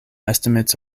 estimates